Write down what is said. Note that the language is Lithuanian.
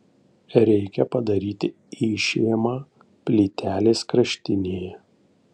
reikia padaryti išėmą plytelės kraštinėje